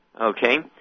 okay